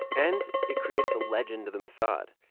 and it created the legend of the mossad,